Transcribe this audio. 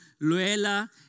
Luella